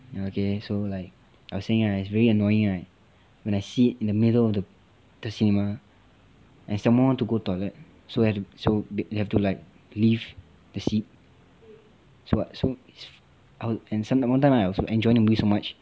orh okay so like I was saying right it's really annoying right when I sit in the middle of the cinema and someone want to go toilet so have to so they have to like leave the seat so what so and some one time right I was enjoying the movie so much